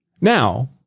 Now